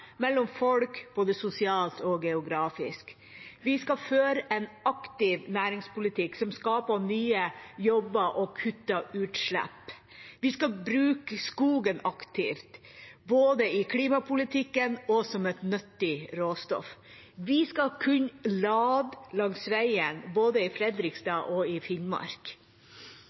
mellom folk, både sosialt og geografisk. Vi skal føre en aktiv næringspolitikk som skaper nye jobber og kutter utslipp. Vi skal bruke skogen aktivt, både i klimapolitikken og som et nyttig råstoff. Vi skal kunne lade langs veien både i Fredrikstad og i Finnmark.